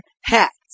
hats